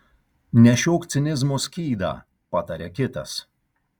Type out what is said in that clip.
nešiok cinizmo skydą pataria kitas